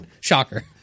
shocker